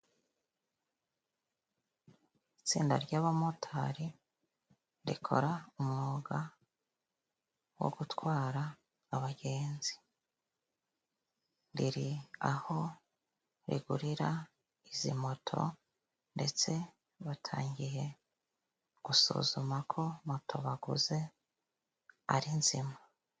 Itsinda ry'abamotari rikora umwuga wo gutwara abagenzi, riri aho rigurira izi moto ndetse batangiye gusuzuma ko moto baguze ari nzima.